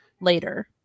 Later